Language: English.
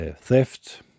theft